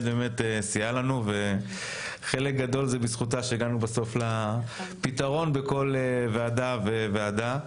סייעה לנו וחלק גדול זה בזכותה שהגענו בסוף לפתרון בכל ועדה וועדה.